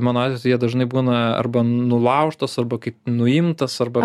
mano atveju tai jie dažnai būna arba nulaužtos arba kaip nuimtas arba